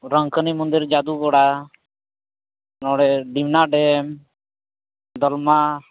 ᱨᱚᱝᱠᱟᱱᱤ ᱢᱚᱱᱫᱤᱨ ᱡᱟᱫᱩᱜᱳᱲᱟ ᱱᱚᱰᱮ ᱰᱤᱢᱱᱟ ᱰᱮᱢ ᱫᱚᱞᱢᱟ